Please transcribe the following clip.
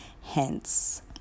Hence